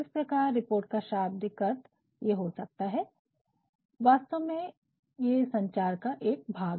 इस प्रकार रिपोर्ट का शाब्दिक अर्थ हो सकता है वास्तव में यह संचार का एक भाग